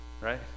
Right